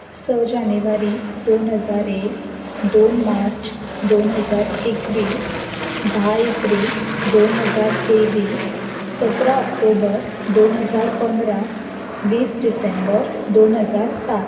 स जानेवारी दोन हजार एक दोन मार्च दोन हजार एकवीस धा एप्रील दोन हजार तेवीस सतरा ऑक्टोबर दोन हजार पंदरा वीस डिसेंबर दोन हजार सात